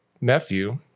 nephew